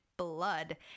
Blood